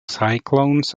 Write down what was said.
cyclones